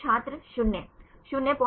छात्र 0 01